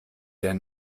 der